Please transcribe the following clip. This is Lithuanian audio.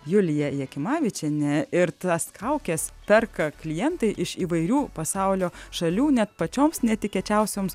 julija jakimavičienė ir tas kaukes perka klientai iš įvairių pasaulio šalių net pačioms netikėčiausioms